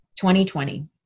2020